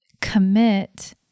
commit